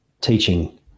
teaching